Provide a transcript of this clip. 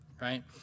right